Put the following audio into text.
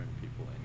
people